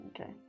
Okay